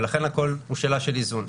ולכן הכול זה שאלה של איזון.